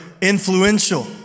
influential